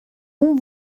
اون